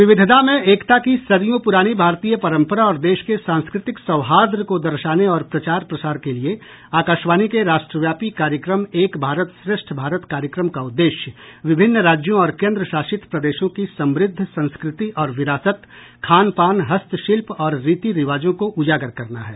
विविधता में एकता की सदियों पुरानी भारतीय परंपरा और देश के सांस्कृतिक सौहार्द को दर्शाने और प्रचार प्रसार के लिए आकाशवाणी के राष्ट्रव्यापी कार्यक्रम एक भारत श्रेष्ठ भारत कार्यक्रम का उद्देश्य विभिन्न राज्यों और केन्द्र शासित प्रदेशों की समृद्ध संस्कृति और विरासत खान पान हस्तशिल्प और रीति रिवाजों को उजागर करना है